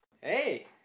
Hey